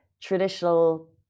traditional